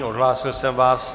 Odhlásil jsem vás.